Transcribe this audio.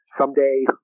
someday